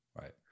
right